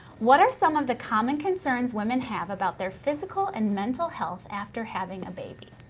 what are some of the common concerns women have about their physical and mental health after having a baby?